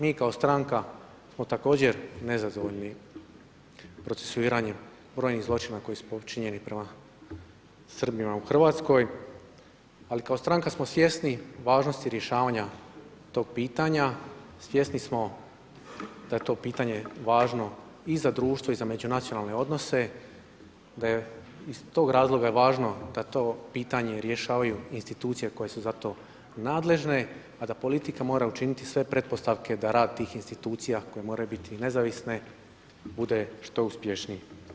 Mi kao stranka smo također nezadovoljni procesuiranjem brojnih zločina koji su počinjeni prema Srbima u Hrvatskoj, ali kao stranka smo svjesni važnosti rješavanja tog pitanja, svjesni smo da je to pitanje važno i za društvo i za međunacionalne odnose, da je iz tog razloga je važno da to pitanje rješavaju institucije koje su za to nadležne, a da politika mora učiniti sve pretpostavke da rad tih institucija koje moraju biti nezavisne bude što uspješniji.